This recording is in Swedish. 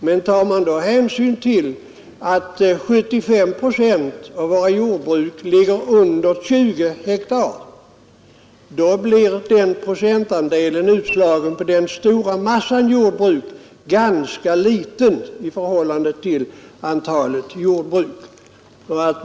Men om man tar hänsyn till att 75 procent av våra jordbruk ligger under 20 hektar, blir procentandelen utslagen på den stora massan jordbruk ganska liten i förhållande till antalet jordbruk.